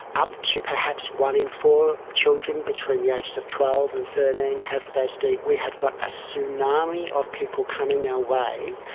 up to perhaps one in four children between the ages of twelve and thirteen have fasd. we have got a tsunami of people coming our way,